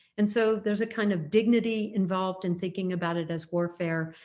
and so there's a kind of dignity involved in thinking about it as warfare,